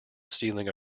stealing